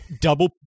Double